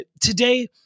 Today